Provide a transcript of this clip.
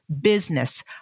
business